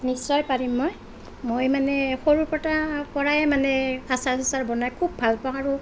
নিশ্চয় পাৰিম মই মই মানে সৰু পতা পৰাই মানে আচাৰ চাচাৰ বনাই খুব ভাল পাওঁ আৰু